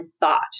thought